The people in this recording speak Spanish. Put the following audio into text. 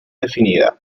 definida